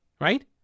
right